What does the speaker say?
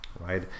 right